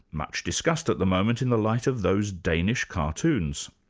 much discussed at the moment in the light of those danish cartoons.